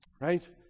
right